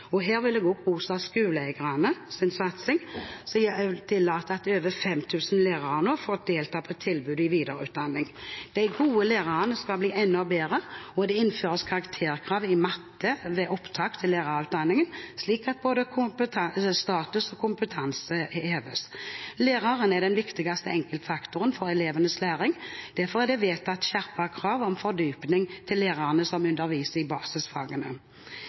Her vil jeg også rose skoleeiernes satsing, som tillater at over 5 000 lærere nå får delta på tilbud om videreutdanning. De gode lærerne skal bli enda bedre, og det innføres karakterkrav i matte ved opptak til lærerutdanningen, slik at både status og kompetanse heves. Læreren er den viktigste enkeltfaktoren for elevenes læring. Derfor er det vedtatt skjerpet krav om fordypning til lærerne som underviser i basisfagene.